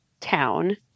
town